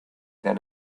than